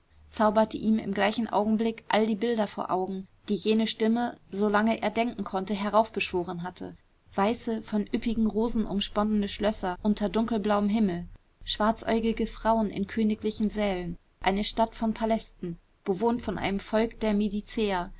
zauberte ihm im gleichen augenblick all die bilder vor augen die jene stimme so lange er denken konnte heraufbeschworen hatte weiße von üppigen rosen umsponnene schlösser unter dunkelblauem himmel schwarzäugige frauen in königlichen sälen eine stadt von palästen bewohnt von einem volk der